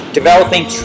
...Developing